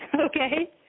okay